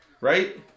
right